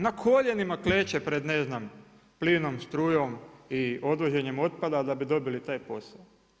Na koljenima kleče pred ne znam plinom, strujom i odvoženjem otpada da bi dobili taj posao.